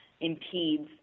impedes